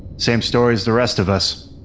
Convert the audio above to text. same story as the rest of us.